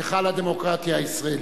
היכל הדמוקרטיה הישראלי.